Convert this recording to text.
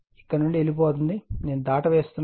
ఇక్కడ నుండి వెళ్ళిపోతుంది నేను దానిని దాటవేస్తున్నాను